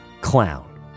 clown